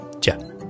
Ciao